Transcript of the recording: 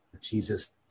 Jesus